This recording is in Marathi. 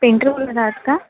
पेंटर बोलत आहात का